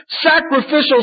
sacrificial